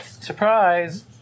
Surprise